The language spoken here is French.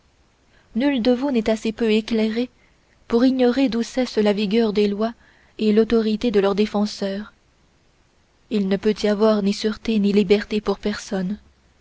nul de vous n'est assez peu éclairé pour ignorer qu'où cessent la vigueur des lois et l'autorité de leurs défenseurs il ne peut y avoir ni sûreté ni liberté pour personne